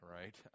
right